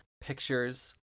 pictures